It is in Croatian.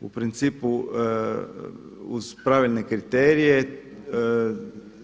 U principu uz pravilne kriterije